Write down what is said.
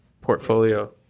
portfolio